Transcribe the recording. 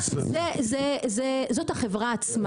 זאת החברה עצמה,